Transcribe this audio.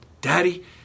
Daddy